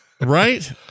Right